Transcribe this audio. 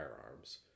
firearms